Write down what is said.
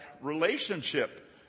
relationship